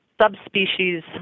subspecies